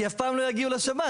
כי אף פעם לא יגיעו לשב"ן,